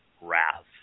wrath